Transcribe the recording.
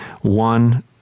one